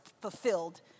fulfilled